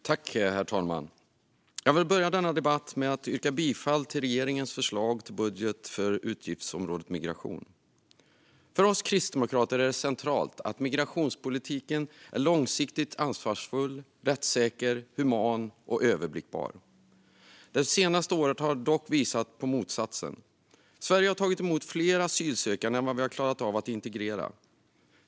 Herr talman! Jag vill börja denna debatt med att yrka bifall till regeringens förslag till budget för utgiftsområdet migration. För oss kristdemokrater är det centralt att migrationspolitiken är långsiktigt ansvarsfull, rättssäker, human och överblickbar. De senaste åren har dock visat på motsatsen. Sverige har tagit emot fler asylsökande än man klarat av att integrera.